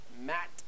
Matt